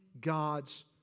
God's